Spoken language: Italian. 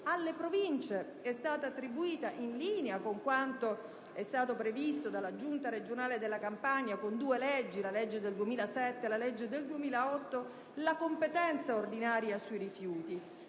Alle Province è stata attribuita, in linea con quanto è stato previsto dalla Giunta regionale della Campania con due leggi (del 2007 e del 2008), la competenza ordinaria sui rifiuti,